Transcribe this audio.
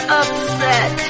upset